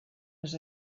les